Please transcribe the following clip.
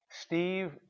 Steve